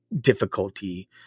difficulty